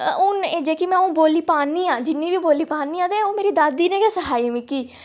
हून जेह्की में हून बोल्ली पा निं आं जिन्नी बी बोल्ली पा निं आं ते ओह् मेरी दादी नै गै सिखाई दी मिगी